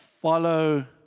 follow